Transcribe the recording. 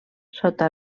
sota